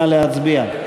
נא להצביע.